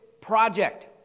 project